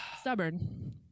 stubborn